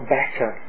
better